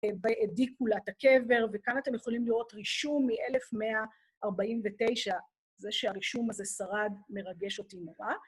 באדיקולת הקבר, וכאן אתם יכולים לראות רישום מ-1149. זה שהרישום הזה שרד מרגש אותי נורא.